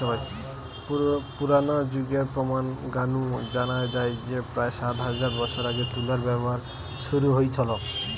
পুরনা যুগের প্রমান গা নু জানা যায় যে প্রায় সাত হাজার বছর আগে তুলার ব্যবহার শুরু হইথল